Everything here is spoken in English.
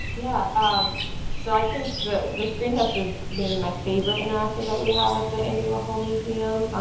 yeah um so i think the the screen test is maybe my favorite interactive that we have at the andy warhol museum.